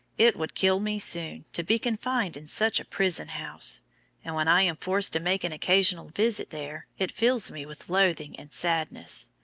it would kill me soon to be confined in such a prison house and when i am forced to make an occasional visit there, it fills me with loathing and sadness.